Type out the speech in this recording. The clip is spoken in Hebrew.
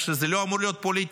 רק שזה לא אמור להיות פוליטי.